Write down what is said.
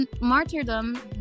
martyrdom